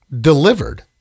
delivered